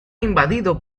invadido